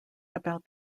about